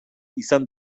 izan